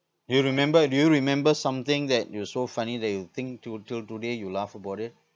you remember do you remember something that you so funny that you think to till today you laugh about it